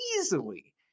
easily